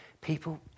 People